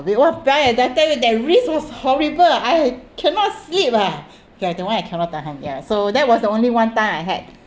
then won't buy at that time that risk was horrible ah I cannot sleep ah okay that one I cannot tahan ya so that was the only one time I had